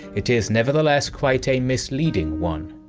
it is nevertheless quite a misleading one.